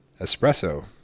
espresso